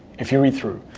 if you read through,